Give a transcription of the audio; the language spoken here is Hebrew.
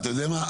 אתה יודע מה?